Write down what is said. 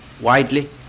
widely